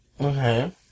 Okay